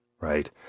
Right